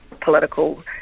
political